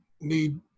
need